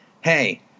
hey –